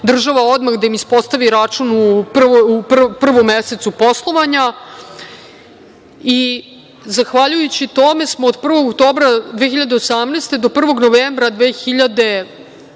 država odmah da im ispostavi račun u prvom mesecu poslovanja. Zahvaljujući tome smo od 1. oktobra 2018. godine do 1. decembra 2019.